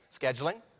scheduling